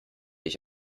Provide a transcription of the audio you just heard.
ich